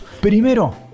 Primero